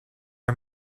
are